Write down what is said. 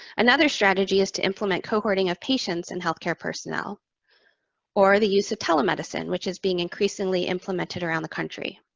another strategy is to implement cohorting of patients and healthcare personnel or the use of telemedicine, which is being increasingly implemented around the country.